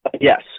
Yes